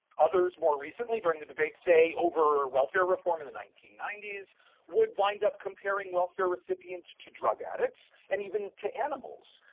others more recently during the debate, say, over welfare reform in the nineteen ninety s would wind up comparing welfare recipients to drug addicts and even to animals,